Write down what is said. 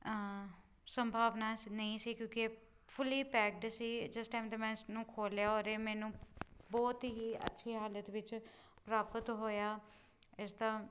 ਸੰਭਾਵਨਾ ਸ ਨਹੀਂ ਸੀ ਕਿਉਂਕਿ ਇਹ ਫੁੱਲੀ ਪੈਕਡ ਸੀ ਜਿਸ ਟਾਈਮ 'ਤੇ ਮੈਂ ਇਸ ਨੂੰ ਖੋਲਿਆ ਔਰ ਇਹ ਮੈਨੂੰ ਬਹੁਤ ਹੀ ਅੱਛੀ ਹਾਲਤ ਵਿੱਚ ਪ੍ਰਾਪਤ ਹੋਇਆ ਇਸ ਦਾ